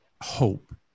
hope